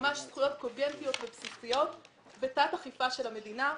ממש זכויות קוגנטיות ובסיסיות ותת אכיפה של המדינה.